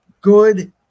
good